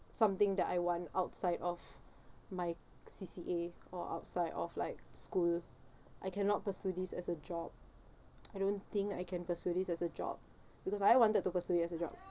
something that I want outside of my C_C_A or outside of like school I cannot pursue this as a job I don't think I can pursue this as a job because I wanted to pursue it as a job